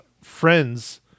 friends